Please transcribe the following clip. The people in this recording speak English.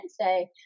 say